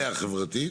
בפריפריה החברתית.